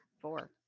Four